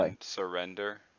surrender